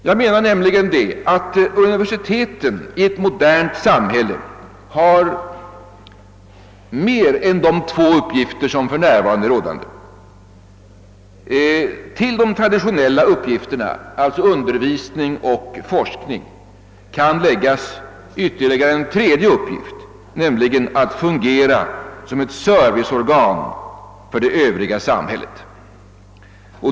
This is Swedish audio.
Jag anser nämligen att universiteten i ett modernt samhälle bör ha mer än de två uppgifter som de för närvarande har. Till de traditionella uppgifterna, undervisning och forskning, kan läggas ytterligare en tredje uppgift, nämligen den att fungera som ett serviceorgan för det övriga samhället.